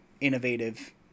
innovative